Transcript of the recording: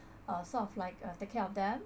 uh sort of like uh take care of them